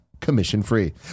commission-free